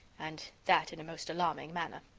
and that in a most alarming manner.